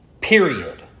period